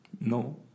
No